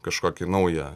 kažkokį naują